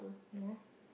no